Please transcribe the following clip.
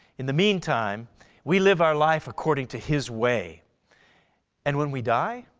in the meantime we live our life according to his way and when we die